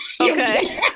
okay